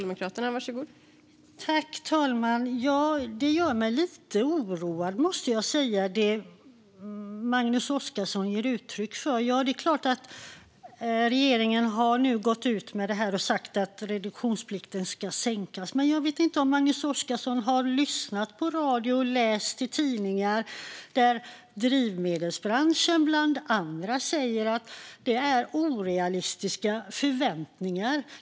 Fru talman! Det Magnus Oscarsson ger uttryck för gör mig lite oroad. Regeringen har nu gått ut och sagt att reduktionsplikten ska sänkas. Jag vet inte om Magnus Oscarsson har lyssnat på radio och läst i tidningar. Där säger drivmedelsbranschen bland andra att det är orealistiska förväntningar.